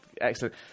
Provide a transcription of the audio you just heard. Excellent